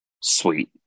sweet